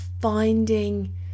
finding